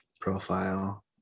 profile